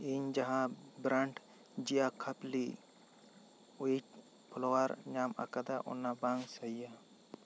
ᱤᱧ ᱡᱟᱦᱟᱸ ᱵᱨᱟᱱᱰ ᱡᱤᱭᱟ ᱠᱷᱟᱯᱞᱤ ᱩᱭᱦᱤᱴ ᱯᱷᱳᱭᱟᱨ ᱧᱟᱢ ᱟᱠᱟᱫᱟ ᱚᱱᱟ ᱵᱟᱝ ᱥᱟᱹᱦᱤᱭᱟ